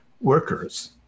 workers